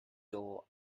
door